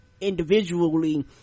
individually